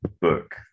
book